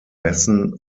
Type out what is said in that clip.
messen